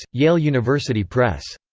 yale university press.